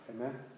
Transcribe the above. Amen